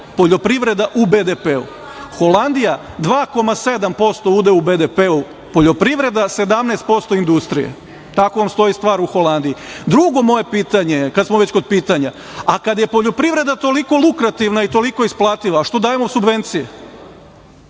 poljoprivreda u BDP? Holandija? Udeo u BDP je 2,7% poljoprivreda, 17% industrija. Tako vam stoji stvar u Holandiji. Drugo moje pitanje kada smo već kod pitanja, a kada je poljoprivreda toliko lukrativna i toliko isplativa, što dajemo subvencije?